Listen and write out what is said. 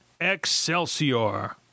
Excelsior